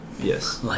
Yes